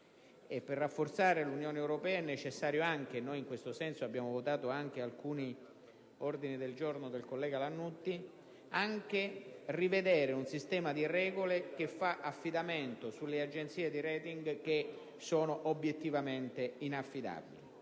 per fare ciò è necessario - e noi in questo senso abbiamo votato anche alcuni ordini del giorno presentati dal collega Lannutti - anche rivedere un sistema di regole che fa affidamento sulle agenzie di *rating* che sono obiettivamente inaffidabili